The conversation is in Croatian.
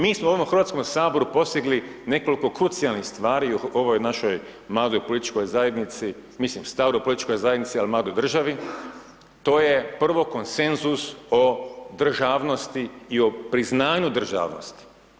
Mi smo u ovom Hrvatskom saboru postigli nekoliko krucijalnih stvari u ovoj našoj mladoj političkoj zajednici, mi smo stara politička zajednica u mladoj državi, to je prvo konsenzus o državnosti i o priznanju državnosti.